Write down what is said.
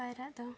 ᱯᱟᱭᱨᱟ ᱫᱚ